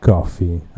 Coffee